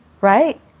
right